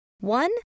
One